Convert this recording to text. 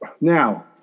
Now